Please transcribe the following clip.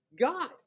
God